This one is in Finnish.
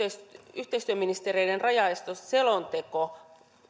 yhteistyöministereiden rajaesteselonteko